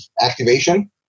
activation